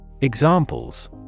Examples